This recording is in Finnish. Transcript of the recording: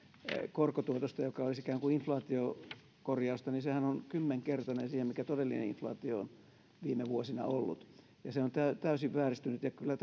korkotuotosta joka olisi ikään kuin inflaatiokorjausta niin sehän on kymmenkertainen siihen nähden mikä todellinen inflaatio on viime vuosina ollut ja se on täysin vääristynyt ja kyllä